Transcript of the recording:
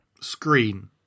Screen